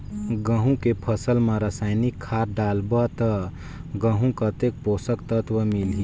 गंहू के फसल मा रसायनिक खाद डालबो ता गंहू कतेक पोषक तत्व मिलही?